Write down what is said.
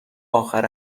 اخر